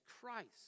Christ